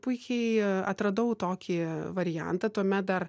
puikiai atradau tokį variantą tuomet dar